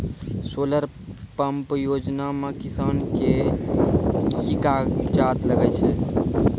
Solar pump योजना म किसान के की कागजात लागै छै?